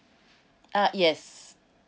uh yes